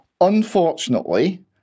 Unfortunately